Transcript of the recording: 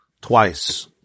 twice